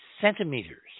centimeters